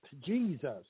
Jesus